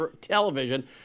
television